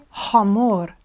hamor